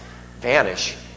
vanish